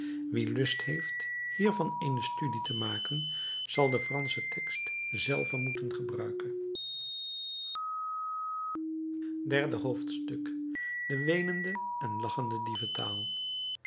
wie lust heeft hiervan eene studie te maken zal den franschen tekst zelven moeten gebruiken derde hoofdstuk de weenende en lachende dieventaal